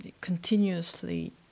continuously